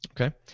Okay